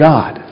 God